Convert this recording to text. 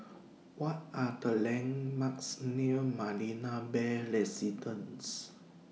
What Are The landmarks near Marina Bay Residences